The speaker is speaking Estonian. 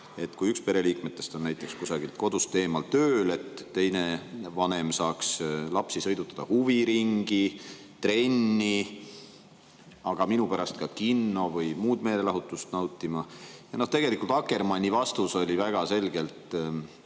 et kui üks pereliikmetest on kodust eemal, näiteks tööl, siis teine vanem saaks lapsi sõidutada huviringi, trenni, minu pärast ka kinno või muud meelelahutust nautima. Tegelikult Akkermanni vastus oli väga selgelt